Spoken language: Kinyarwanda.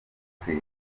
mutwe